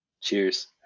Cheers